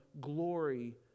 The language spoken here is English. glory